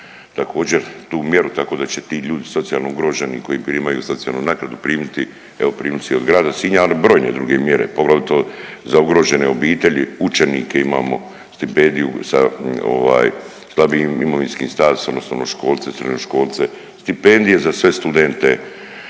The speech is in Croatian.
također tu mjeru tako da će ti ljudi socijalno ugroženi koji primaju socijalnu naknadu primiti, evo primit će i od grada Sinja, ali brojne druge mjere, poglavito za ugrožene obitelji, učenike imamo stipendiju sa ovaj slabijim imovinskim statusom, osnovnoškolce, srednjoškolce, stipendije za sve studente,